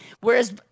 Whereas